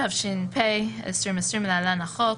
התש"ף 2020 (להלן, החוק),